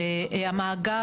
כן,